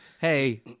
hey